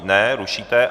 Ne, rušíte.